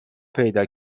پیدا